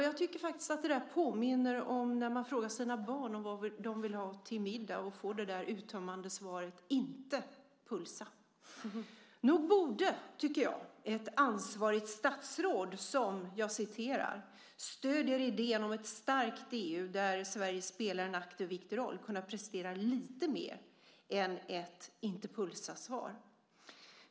Jag tycker att det påminner om när man frågar sina barn om vad de vill ha till middag och får det uttömmande svaret: inte pölsa. Nog borde ett ansvarigt statsråd som "stöder idén om ett starkt EU där Sverige spelar en aktiv och viktig roll" kunna prestera lite mer än ett inte-pölsa-svar.